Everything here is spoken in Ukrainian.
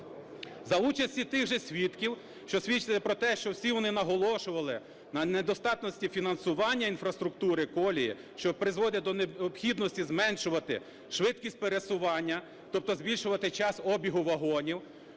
За участі тих же свідків, що свідчили про те, що всі вони наголошували на недостатності фінансування інфраструктури колії, що призводить до необхідності зменшувати швидкість пересування, тобто збільшувати час обігу вагонів,